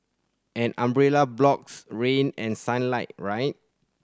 an umbrella blocks rain and sunlight right